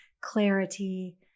clarity